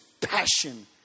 passion